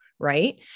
Right